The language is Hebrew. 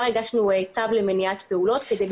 הגשנו צו למניעת פעולות כדי למנוע את האירועים האלה.